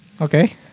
okay